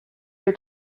your